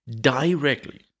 directly